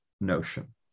notion